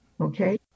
okay